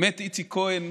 איציק כהן,